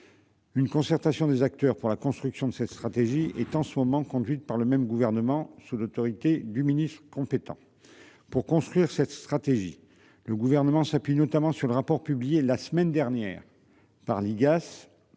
Une concertation des acteurs pour la construction de cette stratégie est en ce moment conduite par le même gouvernement sous l'autorité du ministre compétent. Pour construire cette stratégie. Le gouvernement s'appuie notamment sur le rapport publié la semaine dernière par l'IGAS